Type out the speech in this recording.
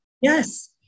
Yes